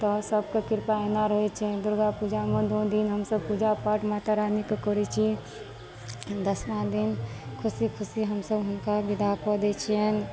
तऽ सबके कृपा एना रहै छै दुर्गा पूजामे दू दिन हमसब पूजा पाठ माता रानीके करै छी दसमा दिन खुशी खुशी हमसब हुनका बिदा कऽ दै छियनि